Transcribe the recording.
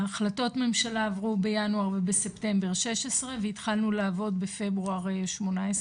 ההחלטות ממשלה עברו בינואר ובספטמבר 16 והתחלנו לעבוד בפברואר 18,